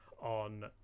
on